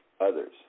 others